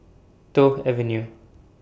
Toh Avenue